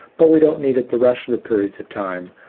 but we don't need it the rest of the periods of time.